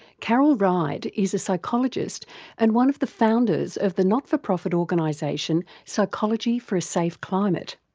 carol ride is a psychologist and one of the founders of the not for profit organisation, psychology for a safe climate.